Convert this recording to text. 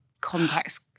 complex